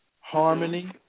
harmony